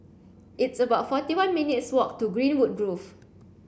it's about forty one minutes' walk to Greenwood Grove